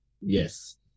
Yes